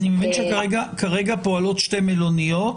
אני מבין שכרגע פועלות שתי מלוניות,